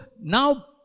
now